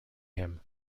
him